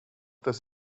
this